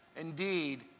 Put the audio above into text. Indeed